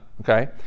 okay